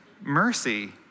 mercy